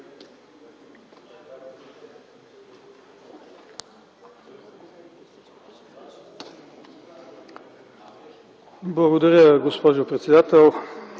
Благодаря, госпожо председател.